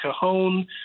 cajon